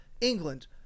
England